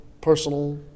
personal